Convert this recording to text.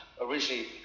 originally